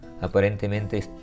Aparentemente